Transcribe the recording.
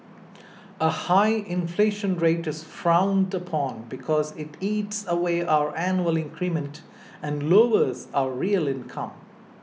a high inflation rate is frowned upon because it eats away our annually increment and lowers our real income